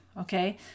Okay